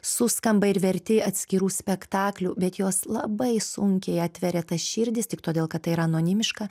suskamba ir verti atskirų spektaklių bet jos labai sunkiai atveria tas širdis tik todėl kad tai yra anonimiška